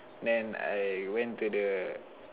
man I went to the